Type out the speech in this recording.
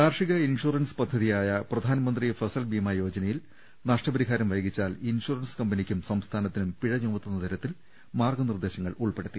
കാർഷിക ഇൻഷുറൻസ് പദ്ധതിയായ പ്രധാൻമന്ത്രിഫസൽ ബീമ യോജനയിൽ നഷ്ടപരിഹാരം വൈകിച്ചാൽ ഇൻഷുറൻസ് കമ്പനിക്കും സംസ്ഥാനത്തിനും പിഴ ചുമത്തുന്ന തരത്തിൽ മാർഗ്ഗനിർദ്ദേശങ്ങൾ ഉൾപ്പെടു ത്തി